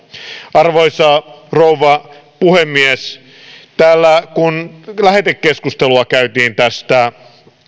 arvoisa rouva puhemies täällä kun lähetekeskustelua käytiin tästä